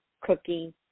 cooking